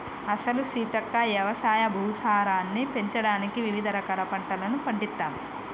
అసలు సీతక్క యవసాయ భూసారాన్ని పెంచడానికి వివిధ రకాల పంటలను పండిత్తమ్